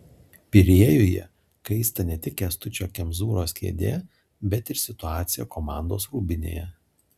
pirėjuje kaista ne tik kęstučio kemzūros kėdė bet ir situacija komandos rūbinėje